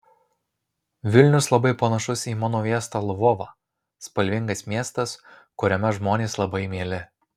vilnius labai panašus į mano miestą lvovą spalvingas miestas kuriame žmonės labai mieli